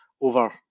over